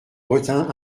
retint